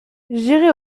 j’irai